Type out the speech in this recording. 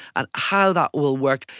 and how that will work,